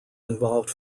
involved